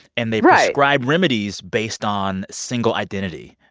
and they. right. prescribe remedies based on single identity.